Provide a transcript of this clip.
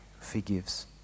forgives